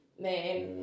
Man